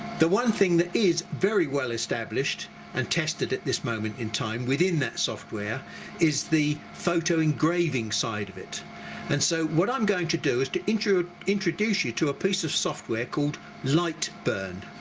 the one thing that is very well established and tested at this moment in time within that software is the photo engraving side of it and so what i'm going to do is to introduce introduce you to a piece of software called light burn.